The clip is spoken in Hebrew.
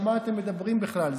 על מה אתם מדברים בכלל?